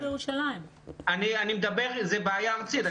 זו בעיה ארצית.